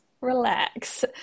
relax